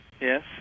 Yes